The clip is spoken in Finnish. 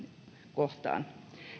kohtaan